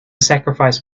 sacrifice